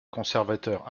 conservateur